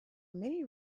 many